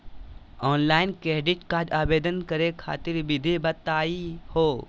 Online credit card आवेदन करे खातिर विधि बताही हो?